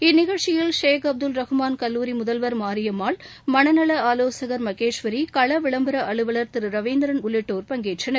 இந்நிகழ்ச்சியில் ஷேக் அப்துல் ரகுமாள் கல்லூரி முதல்வர் மாரியம்மாள் மனநல ஆவோசர் மகேஸ்வரி கள விளம்பர அலுவலர் ரவீந்திரன் உள்ளிட்டோர் பங்கேற்றனர்